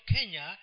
Kenya